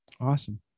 awesome